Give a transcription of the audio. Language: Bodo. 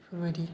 बेफोरबायदि